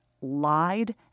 lied